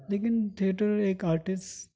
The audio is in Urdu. لیکن تھیئٹر ایک آرٹسٹ